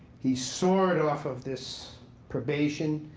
he soared off of this probation.